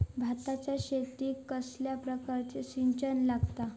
भाताच्या शेतीक कसल्या प्रकारचा सिंचन लागता?